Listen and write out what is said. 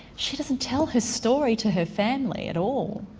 she doesn't tell her story to her family at all.